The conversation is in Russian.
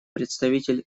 представитель